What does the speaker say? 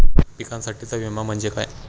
पिकांसाठीचा विमा म्हणजे काय?